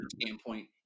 standpoint